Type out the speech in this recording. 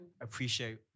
appreciate